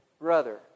brother